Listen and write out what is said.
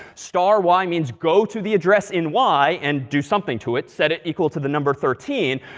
star y, means, go to the address in y, and do something to it. set it equal to the number thirteen.